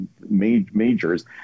majors